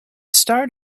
start